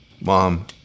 Mom